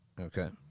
Okay